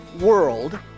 world